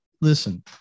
Listen